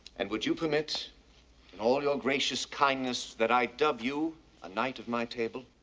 and would you permit in all your gracious kindness, that i dub you a knight of my table?